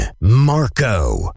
marco